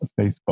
Facebook